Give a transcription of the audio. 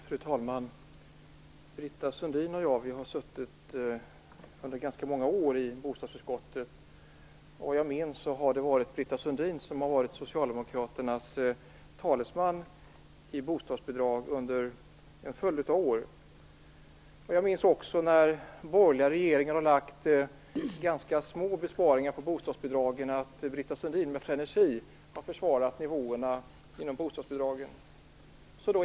Fru talman! Britta Sundin och jag har suttit ganska många år i bostadsutskottet. Såvitt jag minns är det Britta Sundin som har varit Socialdemokraternas talesman i bostadsbidragsfrågor under en följd av år. När borgerliga regeringar föreslagit ganska små besparingar på bostadsbidragen har Britta Sundin med frenesi försvarat nivåerna inom bostadsbidragen.